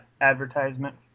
advertisement